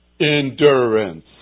Endurance